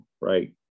right